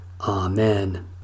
Amen